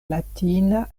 latina